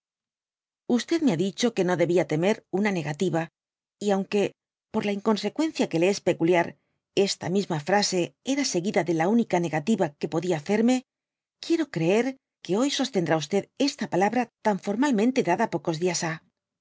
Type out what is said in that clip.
me ha didio que no debia temer una negativa y aunque por la inconsecuencia que le es peculiar esta misma frae era seguida de la única negativa que podia hacerme quiero creer que hoy sostendrá esta palabra tan formau mente dada pocos dias ha